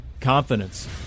Confidence